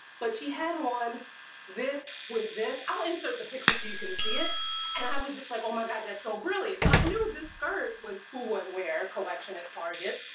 but she had on this with this i'll insert the picture so you can see it and i was just like oh my god, that's so brilliant so i knew this skirt was who would wear collection at target?